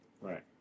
Right